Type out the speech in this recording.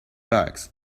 bugs